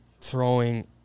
throwing